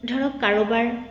ধৰক কাৰোবাৰ